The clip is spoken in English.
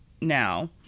now